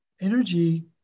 Energy